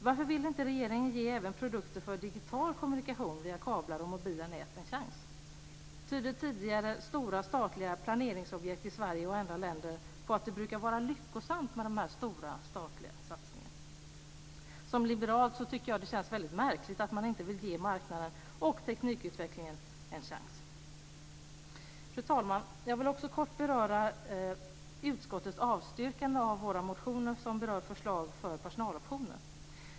Varför vill inte regeringen ge även produkter för digital kommunikation via kablar och mobila nät en chans? Tyder tidigare stora statliga planeringsobjekt i Sverige och andra länder på att det brukar vara lyckosamt med stora statliga satsningar? Som liberal tycker jag att det känns väldigt märkligt att man inte vill ge marknaden och teknikutvecklingen en chans. Fru talman! Jag vill också kort beröra utskottets avstyrkande av våra motioner som berör förslag om personaloptioner.